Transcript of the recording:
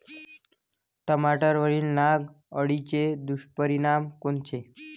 टमाट्यावरील नाग अळीचे दुष्परिणाम कोनचे?